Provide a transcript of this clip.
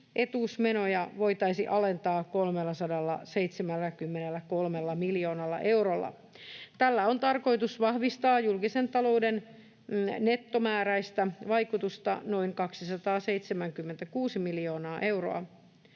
työttömyysetuusmenoja voitaisiin alentaa 373 miljoonalla eurolla. Tällä on tarkoitus vahvistaa julkisen talouden nettomääräistä vaikutusta noin 276 miljoonaa euroa.